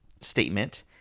statement